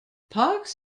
parkes